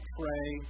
pray